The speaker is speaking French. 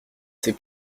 ces